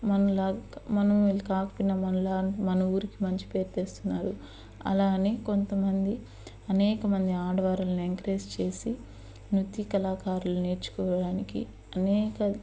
మన వాళ్ళు కాకపోయినా మన ఊరికి మంచి పేరు తెస్తున్నారు అలా అని కొంతమంది అనేకమంది ఆడవారిని ఎంకరేజ్ చేసి నృత్య కళాకారులు నేర్చుకోవడానికి అనేక